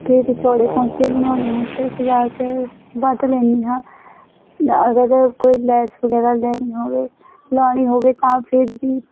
ਅਤੇ ਜੇ ਚੌੜੇ ਪੋਂਚੇ ਬਣਾਉਣੇ ਹੋਣ ਤਾਂ ਪੰਜਾਹ ਰੁਪਏ ਵੱਧ ਲੈਂਦੀ ਹਾਂ ਨ ਅਗਰ ਕੋਈ ਲੈਸ ਵਗੈਰਾ ਲੈਣੀ ਹੋਵੇ ਲਗਾਉਣੀ ਹੋਵੇ ਤਾਂ ਫਿਰ ਵੀ